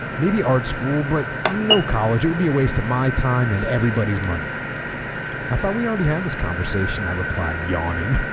maybe art school but no college it would be a waste of my time and everybody's money i thought we already had this conversation i reply yawning